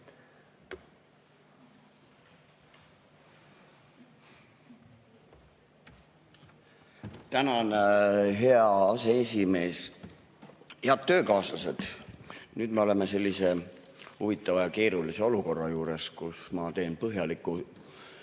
Tänan, hea aseesimees! Head töökaaslased! Nüüd me oleme sellises huvitavas ja keerulises olukorras, kus ma teen põhjaliku